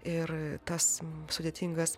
ir tas sudėtingas